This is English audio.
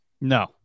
No